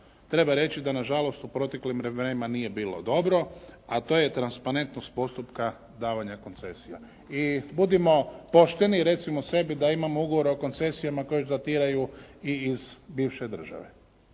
treba reći da na žalost u proteklim vremenima nije bilo dobro, a to je transparentnost postupka davanja koncesija. I budimo pošteni i recimo sebi da imamo ugovora o koncesijama koji datiraju i iz bivše države.